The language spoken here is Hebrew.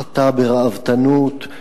חטא בראוותנות,